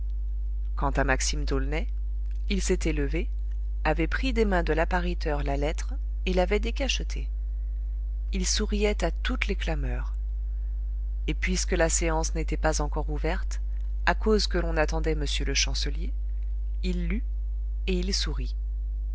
quant à maxime d'aulnay il s'était levé avait pris des mains de l'appariteur la lettre et l'avait décachetée il souriait à toutes les clameurs et puisque la séance n'était pas encore ouverte à cause que l'on attendait m le chancelier il lut et il sourit